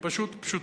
היא פשוט פשוטה.